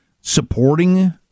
supporting